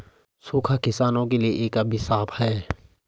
सूखा किसानों के लिए एक अभिशाप है